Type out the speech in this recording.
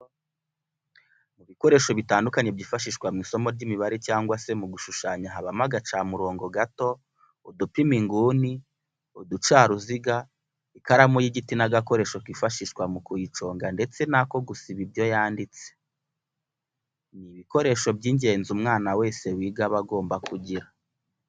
Ibikoresho bitandukanye byifashishwa mu isomo ry'imibare cyangwa se mu gushushanya habamo agacamurongo gato, udupima inguni, uducaruziga, ikaramu y'igiti n'agakoresho kifashishwa mu kuyiconga ndetse n'ako gusiba ibyo yanditse, ni ibikoresho by'ingenzi umwana wese wiga aba agomba kugira.